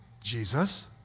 Jesus